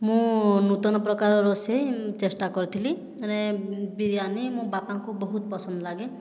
ମୁଁ ନୂତନ ପ୍ରକାର ରୋଷେଇ ଚେଷ୍ଟା କରିଥିଲି ମାନେ ବିରିୟାନୀ ମୋ' ବାପାଙ୍କୁ ବହୁତ ପସନ୍ଦ ଲାଗେ